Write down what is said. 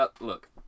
look